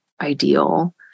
ideal